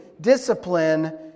discipline